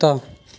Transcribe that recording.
कुत्ता